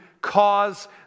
cause